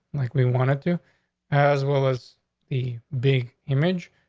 like we wanted to as well as the big image.